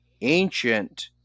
ancient